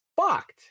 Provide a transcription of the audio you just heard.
fucked